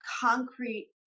concrete